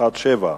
שאילתא מס' 717,